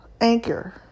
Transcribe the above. Anchor